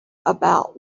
about